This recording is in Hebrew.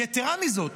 יתרה מזאת,